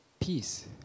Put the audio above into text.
peace